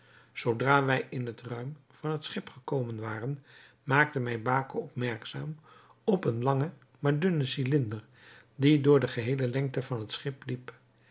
zoodra wij in het ruim van het schip gekomen waren maakte mij baco opmerkzaam op een langen maar dunnen cylinder die door de geheele lengte van het schip liep